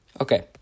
Okay